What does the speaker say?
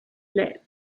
lip